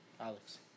Alex